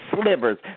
slivers